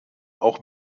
auch